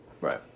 right